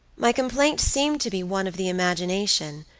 my complaint seemed to be one of the imagination,